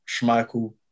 Schmeichel